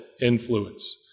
influence